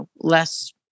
less